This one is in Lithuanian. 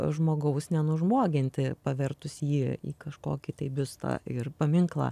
žmogus nenužmoginti pavertus jį į kažkokį tai biustą ir paminklą